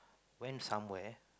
went somewhere